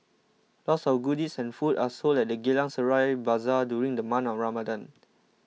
lots of goodies and food are sold at the Geylang Serai Bazaar during the month of Ramadan